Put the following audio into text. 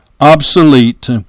obsolete